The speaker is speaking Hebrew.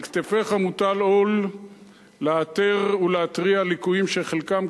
על כתפיך מוטל עול לאתר ולהתריע על ליקויים שחלקם,